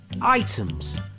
items